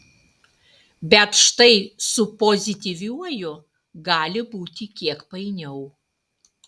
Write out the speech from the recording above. bet štai su pozityviuoju gali būti kiek painiau